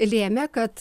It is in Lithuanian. lėmė kad